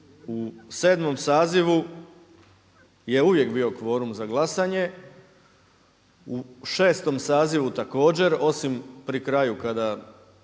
u 7. sazivu je uvijek bio kvorum za glasanje, u 6. sazivu također osim pri kraju kada